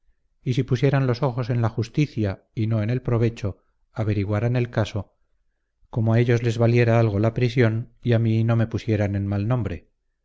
y si pusieran los ojos en la justicia y no en el provecho averiguaran el caso como a ellos les valiera algo la prisión y a mí no me pusieran en mal nombre